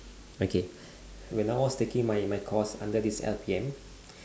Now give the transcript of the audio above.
okay when I was taking my my course under this L_P_M